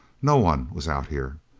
no one was out here.